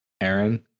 Aaron